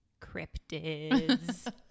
cryptids